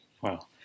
Wow